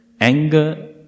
anger